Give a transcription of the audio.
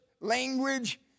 language